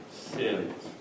sins